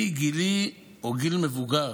אני, גילי הוא גיל מבוגר.